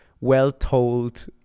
well-told